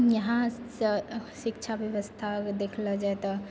यहाँसँ शिक्षा व्यवस्था देखल जाइ तऽ